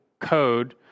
code